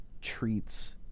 treats